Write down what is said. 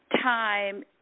time